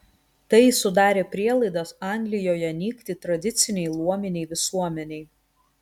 tai sudarė prielaidas anglijoje nykti tradicinei luominei visuomenei